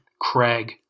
Craig